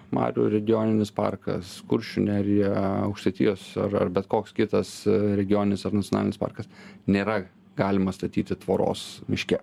marių regioninis parkas kuršių nerija aukštaitijos ar ar bet koks kitas regioninis ar nacionalinis parkas nėra galima statyti tvoros miške